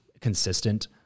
consistent